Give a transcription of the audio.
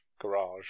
Garage